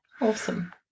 awesome